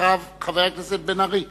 חבר הכנסת עפו אגבאריה,